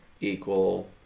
equal